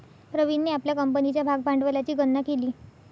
प्रवीणने आपल्या कंपनीच्या भागभांडवलाची गणना केली